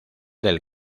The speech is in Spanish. del